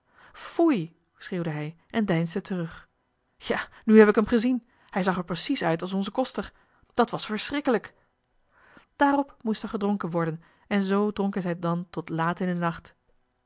foei schreeuwde hij en deinsde terug ja nu heb ik hem gezien hij zag er precies uit als onze koster dat was verschrikkelijk daarop moest er gedronken worden en zoo dronken zij dan tot laat in den nacht